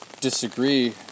disagree